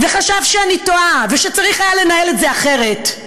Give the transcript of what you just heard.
וחשב שאני טועה, ושצריך היה לנהל את זה אחרת.